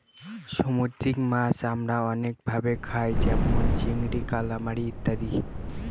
সামুদ্রিক মাছ আমরা অনেক ভাবে খায় যেমন চিংড়ি, কালামারী ইত্যাদি